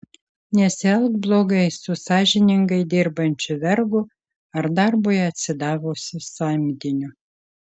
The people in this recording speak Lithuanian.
nesielk blogai su sąžiningai dirbančiu vergu ar darbui atsidavusiu samdiniu